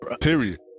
period